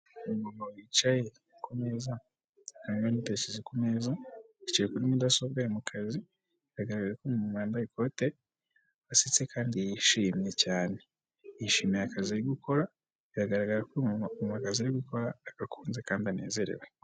Umumama wicaye ku meza, amarinete yayashize ku meza, yicaye kuri mudasobwa ari mu kazi, biragaraga ko uyu mumama yambaye ikote, yasetse kandi yishimye cyane. Yishimiye akazi ari gukora, biragaragara ko uyu mumama akazi ari gukora, agakunze kandi anezerewe.